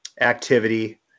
activity